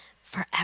forever